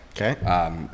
Okay